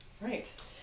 Right